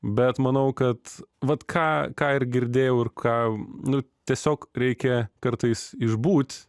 bet manau kad vat ką ką ir girdėjau ir ką nu tiesiog reikia kartais išbūt